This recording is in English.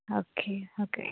okay okay